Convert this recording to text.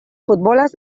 futbolaz